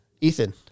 Ethan